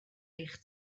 eich